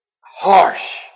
harsh